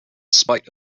spite